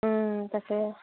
ওম তাকে